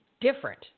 different